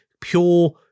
pure